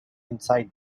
inside